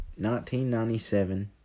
1997